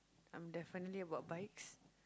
I'm definitely about bikes